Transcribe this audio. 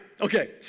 okay